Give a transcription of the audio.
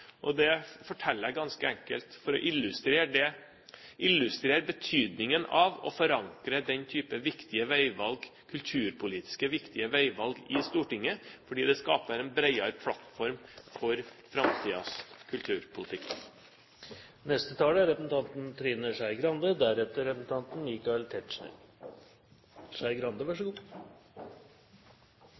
Det forteller jeg ganske enkelt for å illustrere betydningen av å forankre den type viktige kulturpolitiske veivalg i Stortinget. Det skaper en bredere plattform for framtidens kulturpolitikk. Jeg må si at det eneste jeg syns er